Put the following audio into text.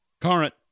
Current